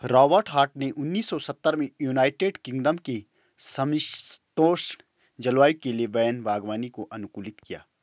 Robert Hart ने उन्नीस सौ सत्तर में यूनाइटेड किंगडम के समषीतोष्ण जलवायु के लिए वैन बागवानी को अनुकूलित किया